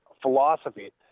philosophy